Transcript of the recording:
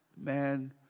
Man